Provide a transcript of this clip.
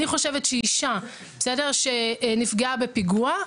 אני חושבת שאישה שנפגעה בפיגוע,